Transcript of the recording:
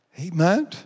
Amen